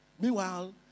Meanwhile